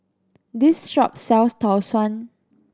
this shop sells Tau Suan